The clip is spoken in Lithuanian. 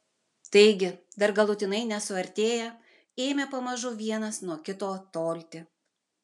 taigi dar galutinai nesuartėję ėmė pamažu vienas nuo kito tolti